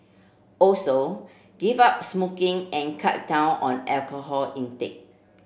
also give up smoking and cut down on alcohol intake